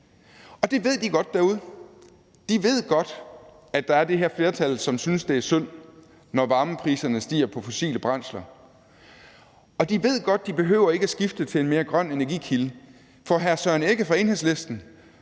og det ved de godt derude. De ved godt, at der er det her flertal, som synes, at det er synd, når varmepriserne på fossile brændsler stiger, og de ved godt, at de ikke behøver at skifte til en mere grøn energikilde, for hr. Søren Egge Rasmussen